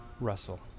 Russell